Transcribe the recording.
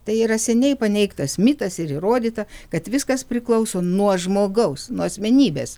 tai yra seniai paneigtas mitas ir įrodyta kad viskas priklauso nuo žmogaus nuo asmenybės